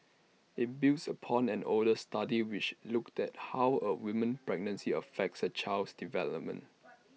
IT builds upon an older study which looked at how A woman's pregnancy affects her child's development